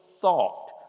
thought